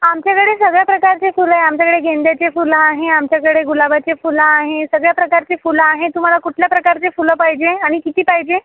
आमच्याकडे सगळ्या प्रकारचे फुलं आहे आमच्याकडे गेंद्याचे फुलं आहे आमच्याकडे गुलाबाचे फुलं आहे सगळ्या प्रकारचे फुलं आहे तुम्हाला कुठल्या प्रकारचे फुलं पाहिजे आणि किती पाहिजे